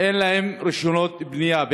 אין להם רישיונות בנייה,